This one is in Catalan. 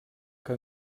que